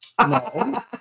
No